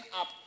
up